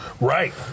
Right